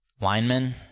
linemen